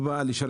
זה לא יקרה.